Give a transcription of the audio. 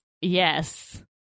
Yes